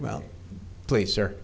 well please